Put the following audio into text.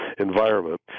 environment